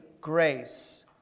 grace